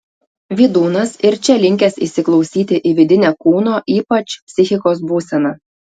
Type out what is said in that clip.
vydūnas ir čia linkęs įsiklausyti į vidinę kūno ypač psichikos būseną